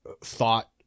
thought